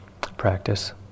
practice